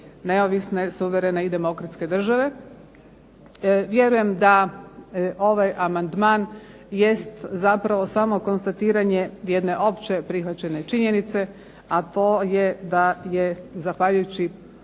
neovisne, suverene i demokratske države. Vjerujem da ovaj amandman jest zapravo samo konstatiranje jedne opće prihvaćene činjenice, a to je da je zahvaljujući